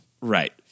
right